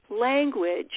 language